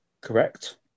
Correct